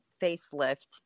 facelift